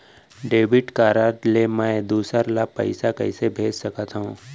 Debit card ले मैं दूसर ला पइसा कइसे भेज सकत हओं?